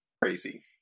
Crazy